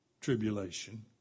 tribulation